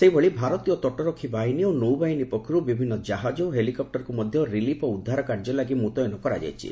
ସେହିଭଳି ଭାରତୀୟ ତଟରକ୍ଷୀ ବାହିନୀ ଓ ନୌବାହିନୀ ପକ୍ଷରୁ ବିଭିନ୍ନ ଜାହାଜ ଓ ହେଲିକପ୍ଟରକୁ ମଧ୍ୟ ରିଲିଫ୍ ଓ ଉଦ୍ଧାର କାର୍ଯ୍ୟ ଲାଗି ମୁତ୍ୟନ କରାଯାଇଛି